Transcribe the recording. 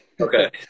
Okay